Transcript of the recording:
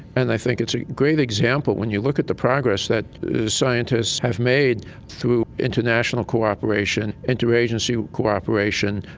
and i think it's a great example when you look at the progress that scientists have made through international cooperation, interagency cooperation,